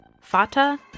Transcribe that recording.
fata